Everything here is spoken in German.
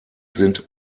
sind